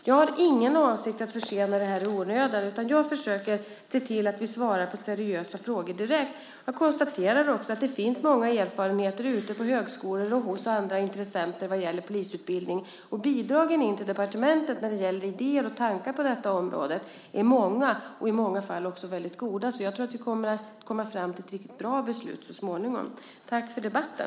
Jag har ingen avsikt att försena det här i onödan. Jag försöker se till att vi svarar på seriösa frågor direkt. Jag konstaterar också att det finns många erfarenheter ute på högskolor och hos andra intressenter vad gäller polisutbildning. Bidragen in till departementet när det gäller idéer och tankar på detta område är många och i många fall också väldigt goda. Jag tror att vi kommer fram till ett riktigt bra beslut så småningom. Tack för debatten.